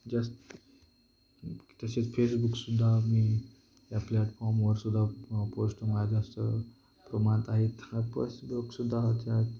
जास्त तसेच फेसबुकसुद्धा मी या प्लॅटफॉर्मवरसुद्धा पोस्ट मग जास्त प्रमाणात आहेत ह फसबुकसुद्धा त्यात